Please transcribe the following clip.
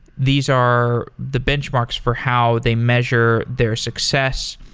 these are the benchmarks for how they measure their success.